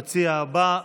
המציע הבא,